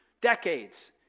decades